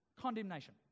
Condemnation